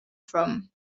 from